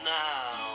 now